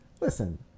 Listen